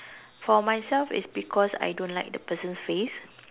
for myself it's because I don't like the person's face